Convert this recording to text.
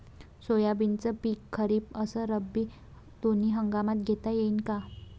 सोयाबीनचं पिक खरीप अस रब्बी दोनी हंगामात घेता येईन का?